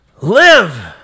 live